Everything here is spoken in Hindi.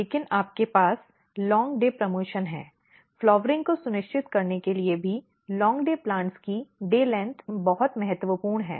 लेकिन आपके पास लोन्ग डे प्रचार है फ़्लाउरइंग को सुनिश्चित करने के लिए भी लोन्ग डे पौधों की दिन अवधि बहुत महत्वपूर्ण है